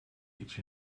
each